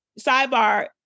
Sidebar